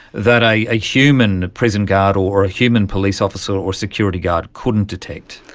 that a human prison guard or a human police officer or security guard couldn't detect?